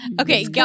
Okay